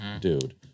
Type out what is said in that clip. dude